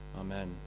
Amen